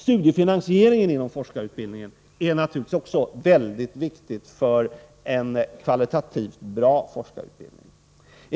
Studiefinansieringen inom forskarutbildningen är naturligtvis också en mycket viktig förutsättning för en kvalitativt bra forskarutbildning.